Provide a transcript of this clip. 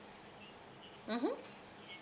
mmhmm